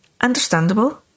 understandable